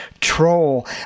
troll